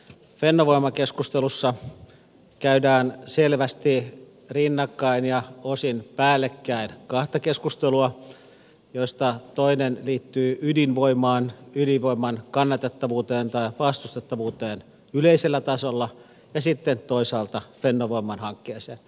käynnistyvässä fennovoima keskustelussa käydään selvästi rinnakkain ja osin päällekkäin kahta keskustelua joista toinen liittyy ydinvoimaan ydinvoiman kannatettavuuteen tai vastustettavuuteen yleisellä tasolla ja sitten toinen fennovoiman hankkeeseen